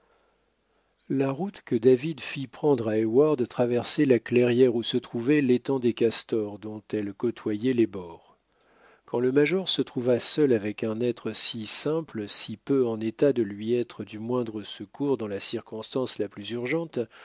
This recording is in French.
la route que david fit prendre à heyward traversait la clairière où se trouvait l'étang des castors dont elle côtoyait les bords quand le major se trouva seul avec un être si simple si peu en état de lui être du moindre secours dans la circonstance la plus urgente